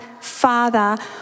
Father